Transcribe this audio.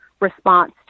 response